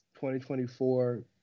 2024